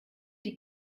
die